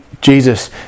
Jesus